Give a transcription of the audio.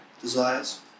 desires